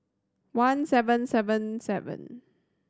one seven seven seven